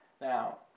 Now